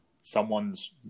someone's